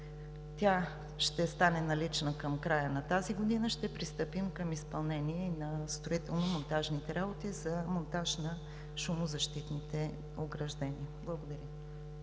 тя ще стане налична към края на тази година, ще пристъпим към изпълнение на строително-монтажните работи за монтаж на шумозащитните ограждения. Благодаря.